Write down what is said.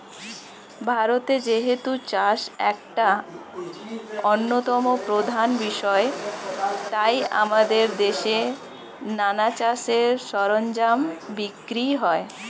ভারতে যেহেতু চাষ একটা অন্যতম প্রধান বিষয় তাই আমাদের দেশে নানা চাষের সরঞ্জাম বিক্রি হয়